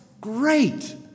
great